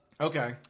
okay